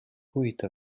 huvitav